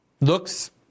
looks